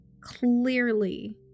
clearly